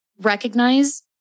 recognize